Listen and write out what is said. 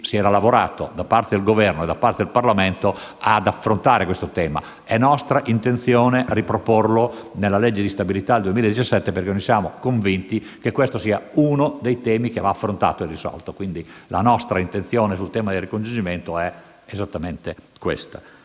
si era lavorato, da parte del Governo e da parte del Parlamento, per affrontare questo tema. È nostra intenzione riproporlo nelle legge di stabilità 2017, perché siamo convinti che questo sia uno dei temi che va affrontato e risolto. La nostra intenzione sul tema del ricongiungimento è esattamente questa.